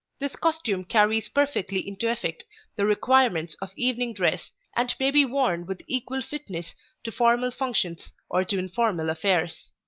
this costume carries perfectly into effect the requirements of evening dress, and may be worn with equal fitness to formal functions or to informal affairs.